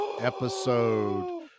episode